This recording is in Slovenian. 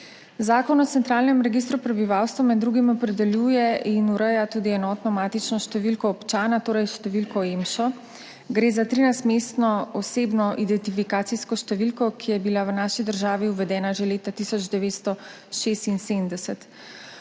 Zakon o centralnem registru prebivalstva med drugim opredeljuje in ureja tudi enotno matično številko občana, torej številko EMŠO. Gre za 13-mestno osebno identifikacijsko številko, ki je bila v naši državi uvedena že leta 1976.